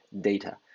data